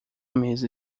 mesa